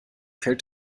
fällt